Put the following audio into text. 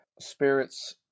spirits